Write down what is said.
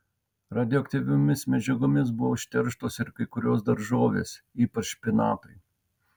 radioaktyviomis medžiagomis buvo užterštos ir kai kurios daržovės ypač špinatai